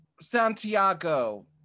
Santiago